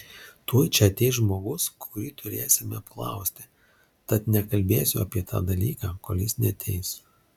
tuoj čia ateis žmogus kurį turėsime apklausti tad nekalbėsiu apie tą dalyką kol jis neateis